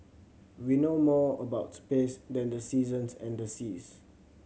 we know more about space than the seasons and the seas